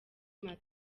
mata